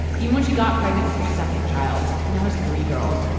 even when she got pregnant with her second child she now has three girls.